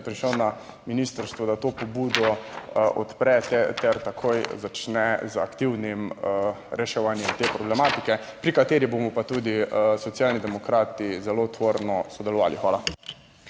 prišel na ministrstvo, da to pobudo odpre ter takoj začne z aktivnim reševanjem te problematike, pri kateri bomo pa tudi Socialni demokrati zelo tvorno sodelovali. Hvala.